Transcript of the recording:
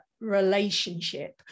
relationship